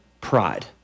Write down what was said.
Pride